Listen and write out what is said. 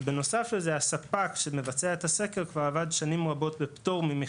ובנוסף לזה הספק שמבצע את הסקר כבר עבד שנים רבות בפטור ממכרז.